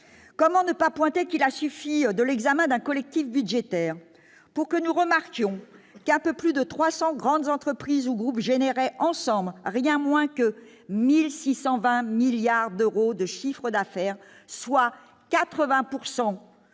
comment ne pas pointer qu'il a suffi de l'examen d'un collectif budgétaire pour que nous remarquons qu'à peu plus de 300 grandes entreprises ou groupes générait ensemble rien moins que 1000 600 20 milliards d'euros de chiffre d'affaires, soit 80 pourcent